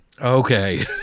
Okay